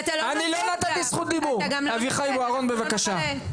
אביחי בוארון בבקשה.